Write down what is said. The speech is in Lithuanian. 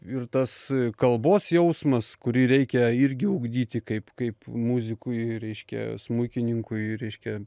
ir tas kalbos jausmas kurį reikia irgi ugdyti kaip kaip muzikui reiškia smuikininkui reiškia